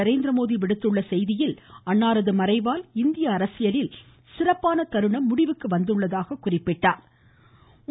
நரேந்திரமோதி விடுத்துள்ள செய்தியில் அன்னாரது மறைவால் இந்திய அரசியலில் சிறப்பான தருணம் முடிவுக்கு வந்ததாக குறிப்பிட்டார்